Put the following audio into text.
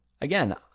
Again